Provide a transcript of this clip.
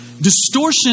Distortion